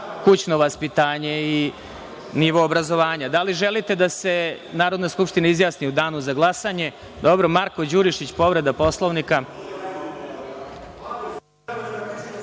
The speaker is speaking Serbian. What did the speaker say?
kućno vaspitanje i nivo obrazovanja. Da li želite da se Narodna skupština izjasni u danu za glasanje? (Ne)Reč ima narodni poslanik Marko Đurišić, povreda Poslovnika.